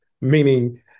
Meaning